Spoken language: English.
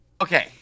Okay